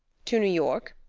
to new york?